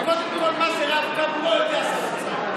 קודם כול מה זה רב-קו הוא לא יודע, שר האוצר.